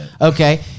Okay